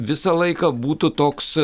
visą laiką būtų toks